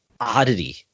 oddity